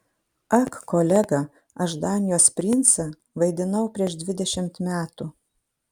ak kolega aš danijos princą vaidinau prieš dvidešimt metų